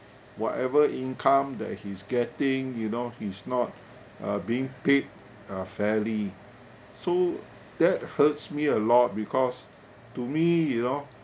whatever income that he's getting you know he's not uh being paid uh fairly so that hurts me a lot because to me you know